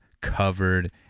covered